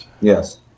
Yes